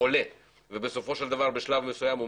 המס עולה ובסופו של דבר בשלב מסוים הוא